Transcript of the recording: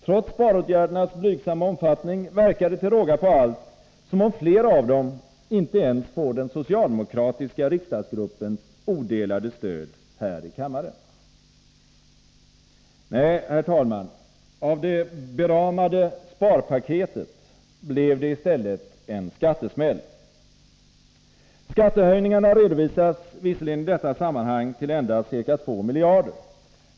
Trots sparåtgärdernas blygsamma omfattning verkar det till råga på allt som om flera av dem inte ens får den socialdemokratiska riksdagsgruppens odelade stöd här i kammaren. Nej, herr talman, av det beramade sparpaketet blev det i stället en skattesmäll. Skattehöjningarna redovisas visserligen här till endast ca 2 miljarder.